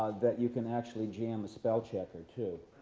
that you can actually jam a spell check or two.